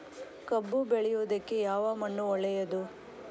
ಕಬ್ಬು ಬೆಳೆಯುವುದಕ್ಕೆ ಯಾವ ಮಣ್ಣು ಒಳ್ಳೆಯದು?